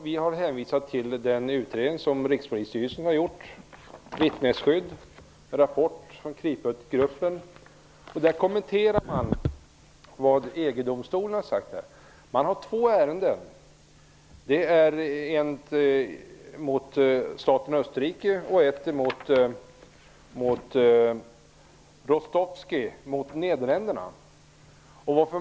Vi har hänvisat till den utredning som Rikspolisstyrelsen har gjort om vittnesskydd -- en rapport från KRIPUT-gruppen. Däri kommenteras vad EG-domstolen har sagt. Det gäller två ärenden. Det finns ett ärende mot staten Österrike och ett mot Kostovski, mot Nederländerna.